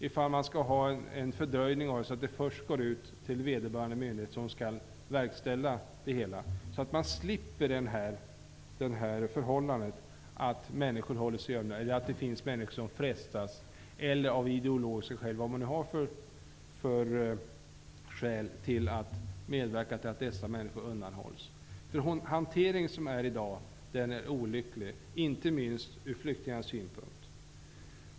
Skall man ha en fördröjning, så att det först går ut till vederbörande myndighet, som skall verkställa beslutet? Då kunde man slippa förhållandet att människor håller sig gömda, att det finns människor som frestas eller av ideologiska eller andra skäl vill medverka till att dessa människor undanhålls. Dagens hantering är olycklig, inte minst ur flyktingarnas synpunkt.